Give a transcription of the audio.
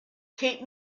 keep